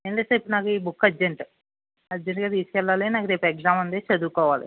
ఏం లేదు సార్ నాది ఈ బుక్ అర్జెంటు అర్జెంటుగా తీసుకు వెళ్లాలి నాకు రేపు ఎగ్జామ్ ఉంది చదువుకోవాలి